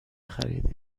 خریدیم